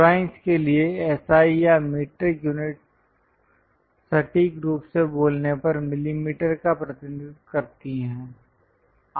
drawing के लिए SI या मीट्रिक यूनिटस् सटीक रूप से बोलने पर मिलीमीटर का प्रतिनिधित्व करती हैं